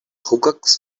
hookahs